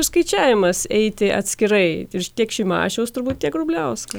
išskaičiavimas eiti atskirai ir tiek šimašiaus turbūt tiek vrubliauskui